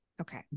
okay